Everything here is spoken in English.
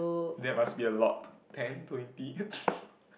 that must be a lot ten twenty